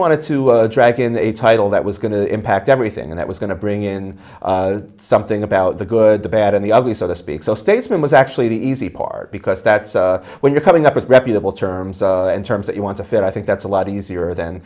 wanted to track in a title that was going to impact everything that was going to bring in something about the good the bad and the ugly so to speak so statesman was actually the easy part because that's when you're coming up with reputable terms and terms that you want to fit i think that's a lot easier than